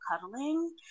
cuddling